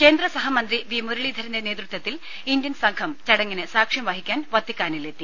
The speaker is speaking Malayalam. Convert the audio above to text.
കേന്ദ്ര സഹമന്ത്രി വി മുരളീധരന്റെ നേതൃത്വത്തിൽ ഇന്ത്യൻ സംഘം ചടങ്ങിന് സാക്ഷ്യം വഹിക്കാൻ വത്തിക്കാനിലെത്തി